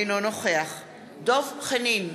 אינו נוכח דב חנין,